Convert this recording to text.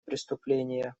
преступления